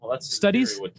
studies